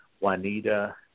Juanita